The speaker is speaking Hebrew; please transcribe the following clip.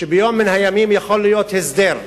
שביום מן הימים יכול להיות הסדר,